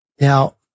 Now